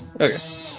Okay